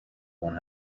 one